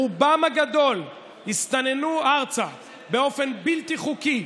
ורובם הגדול הסתננו ארצה באופן בלתי חוקי.